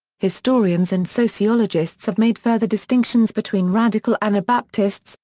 historians and sociologists have made further distinctions between radical anabaptists,